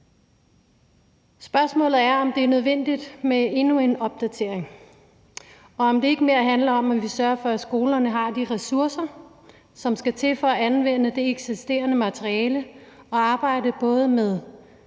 Spørgsmålet er, om det er nødvendigt med endnu en opdatering, og om det ikke mere handler om, at vi vil sørge for, at skolerne har de ressourcer, som der skal til for at anvende det eksisterende materiale og arbejde både med